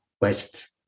west